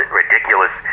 ridiculous